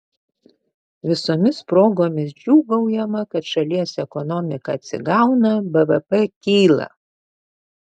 visomis progomis džiūgaujama kad šalies ekonomika atsigauna bvp kyla